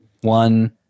one